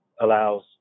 allows